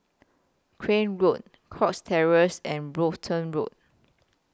Crane Road Cox Terrace and Brompton Road